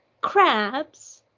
crabs